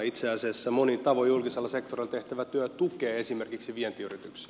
itse asiassa monin tavoin julkisella sektorilla tehtävä työ tukee esimerkiksi vientiyrityksiä